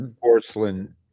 porcelain